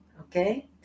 Okay